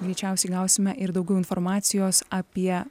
greičiausiai gausime ir daugiau informacijos apie